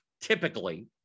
typically